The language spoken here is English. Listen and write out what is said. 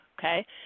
okay